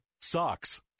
SOCKS